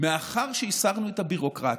מאחר שהסרנו את הביורוקרטיה,